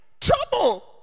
Trouble